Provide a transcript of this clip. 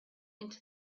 into